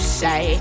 say